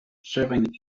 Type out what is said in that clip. serving